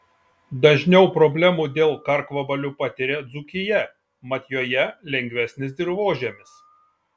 dažniau problemų dėl karkvabalių patiria dzūkija mat joje lengvesnis dirvožemis